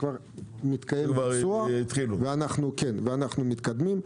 כבר מתקיים ביצוע ואנחנו מתקדמים,